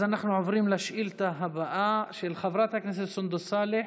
אז אנחנו עוברים לשאילתה הבאה של חברת הכנסת סונדוס סאלח,